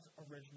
original